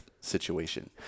situation